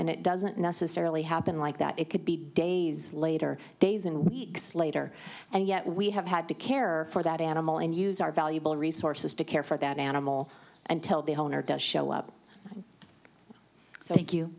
and it doesn't necessarily happen like that it could be days later days and weeks later and yet we have had to care for that animal and use our valuable resources to care for that animal and tell the whole nor does show up so thank you